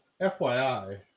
FYI